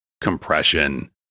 compression